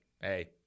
hey